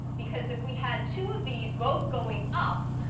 because if we had two of these both going up,